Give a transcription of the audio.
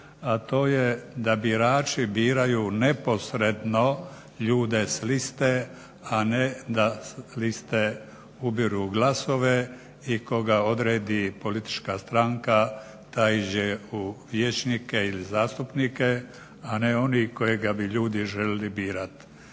a to je da birači biraju neposredno ljude s liste, a ne da liste ubiru glasove i koga odredi politička stranka taj ide u vijećnike ili zastupnike, a ne oni kojega bi ljudi željeli birati.